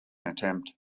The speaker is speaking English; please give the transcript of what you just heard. attempt